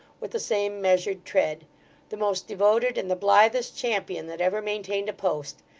with the same measured tread the most devoted and the blithest champion that ever maintained a post,